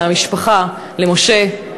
למשפחה: למשה,